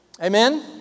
Amen